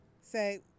say